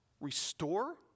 restore